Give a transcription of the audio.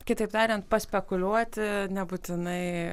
kitaip tariant paspekuliuoti nebūtinai